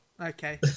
Okay